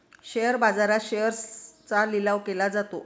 share बाजारात शेअर्सचा लिलाव केला जातो